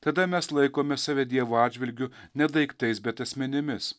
tada mes laikome save dievo atžvilgiu ne daiktais bet asmenimis